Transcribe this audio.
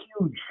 huge